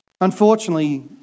Unfortunately